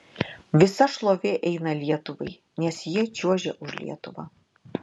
visa šlovė eina lietuvai nes jie čiuožia už lietuvą